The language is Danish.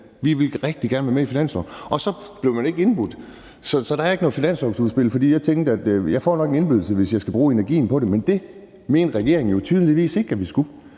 at vi rigtig gerne vil være med i en finanslov, og man så ikke blev indbudt. Så der er ikke noget finanslovsudspil, for jeg tænkte, at jeg nok får en indbydelse, og jeg så kan bruge energien på det, men det mente regeringen jo tydeligvis ikke at vi skulle.